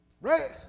Right